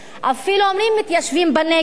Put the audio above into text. אפילו אומרים "מתיישבים בנגב".